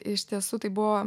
iš tiesų tai buvo